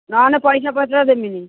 ନହେଲେ ପଇସା ପତ୍ର ଦେବିନି